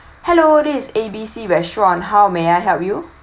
hello this is A B C restaurant how may I help you